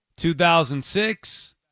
2006